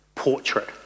portrait